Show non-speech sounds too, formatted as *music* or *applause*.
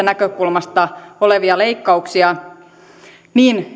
*unintelligible* näkökulmasta hankalia leikkauksia kohdistuen niin